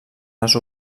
les